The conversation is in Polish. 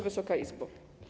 Wysoka Izbo!